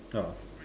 ya